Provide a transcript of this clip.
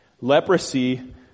Leprosy